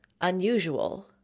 unusual